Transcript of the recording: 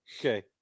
Okay